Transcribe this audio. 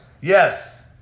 Yes